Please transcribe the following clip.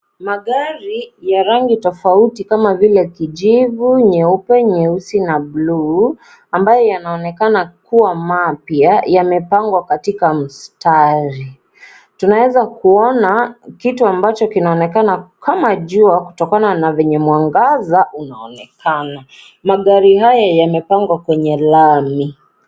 Magari ya rangi tofauti kama vile, kijivu, nyeupe, nyeusi na buluu, ambayo yanaonekana kuwa mapya yamepangwa katika mstari. Tunaweza kuona kitu ambacho kinaonekana kama jua kutokana na venye mwangaza unaonekana. Magari haya, yamepangwa kwenye lami.